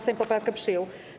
Sejm poprawkę przyjął.